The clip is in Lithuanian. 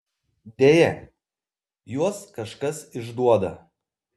deja juos kažkas išduoda